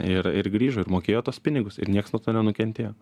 ir ir grįžo ir mokėjo tuos pinigus ir nieks nuo to nenukentėjo